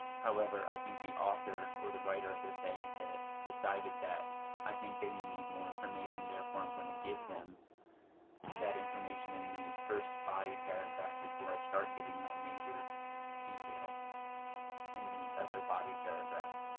however, i think the author or the writer of this essay said decided that i think they need more information therefore, i'm going to give them that information in the first body paragraph before i start giving my major details and the other body paragraphs.